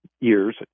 years